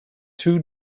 two